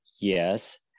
Yes